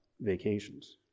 vacations